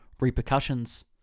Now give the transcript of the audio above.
repercussions